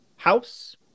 house